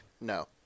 No